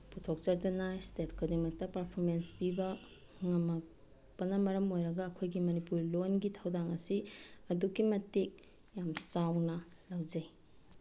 ꯄꯨꯊꯣꯛꯆꯗꯨꯅ state ꯈꯨꯗꯤꯡꯃꯛꯇ performance ꯄꯤꯕ ꯉꯝꯃꯛꯄꯅ ꯃꯔꯝ ꯑꯣꯏꯔꯒ ꯑꯩꯈꯣꯏꯒꯤ ꯃꯅꯤꯄꯨꯔ ꯂꯣꯟꯒꯤ ꯊꯧꯗꯥꯡ ꯑꯁꯤ ꯑꯗꯨꯛꯀꯤ ꯃꯇꯤꯛ ꯌꯥꯝ ꯆꯥꯎꯅ ꯂꯧꯖꯩ